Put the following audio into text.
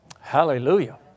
Hallelujah